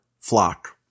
flock